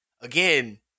again